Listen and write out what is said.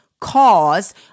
cause